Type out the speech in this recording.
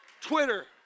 Twitter